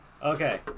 Okay